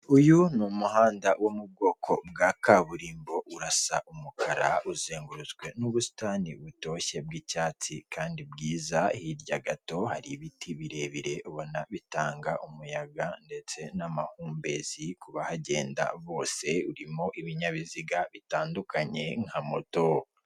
Uyu ni umuhanda wo mu bwoko bwa kaburimbo urasa umukara, uzengurutswe n'ubusitani butoshye bw'icyatsi kandi bwiza, hirya gato hari ibiti birebire ubona bitanga umuyaga ndetse n'amahumbezi ku bahagenda bose, urimo ibinyabiziga bitandukanye nka moto.